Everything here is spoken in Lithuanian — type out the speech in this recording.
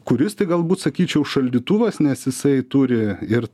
kuris tai galbūt sakyčiau šaldytuvas nes jisai turi ir